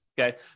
okay